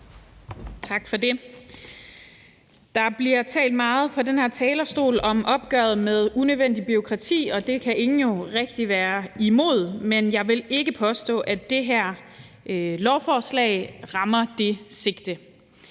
Tak for det. Der bliver talt meget fra den her talerstol om opgøret med unødvendigt bureaukrati, og det kan ingen jo rigtig være imod, men jeg vil ikke påstå, at det her lovforslag rammer det mål.